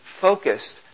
focused